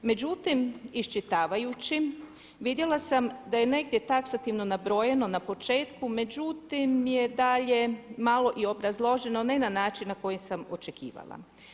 Međutim, iščitavajući vidjela sam da je negdje taksativno nabrojano na početku međutim je dalje malo i obrazložena ne na način na koji sam očekivala.